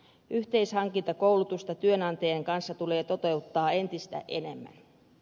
yhteishankintakoulutusta työnantajien kanssa tulee toteuttaa entistä enemmän